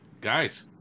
guys